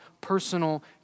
personal